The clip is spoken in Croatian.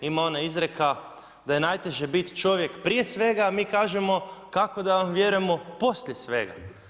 Ima ona izreka da je najteže bit čovjek prije svega, a mi kažemo kako da vam vjerujemo poslije svega.